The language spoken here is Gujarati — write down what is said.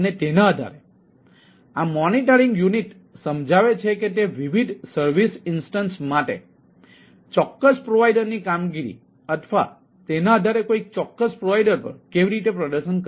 તેના આધારે આ મોનિટરિંગ યુનિટ સમજાવે છે કે તે વિવિધ સર્વિસ ઇન્સ્ટન્સ માટે ચોક્કસ પ્રોવાઇડરની કામગીરી અથવા તેના આધારે કોઈ ચોક્કસ પ્રોવાઇડર પર કેવી રીતે પ્રદર્શન કરે છે